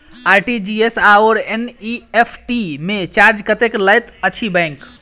RTGS आओर NEFT मे charge कतेक लैत अछि बैंक?